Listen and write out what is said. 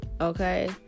okay